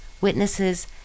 witnesses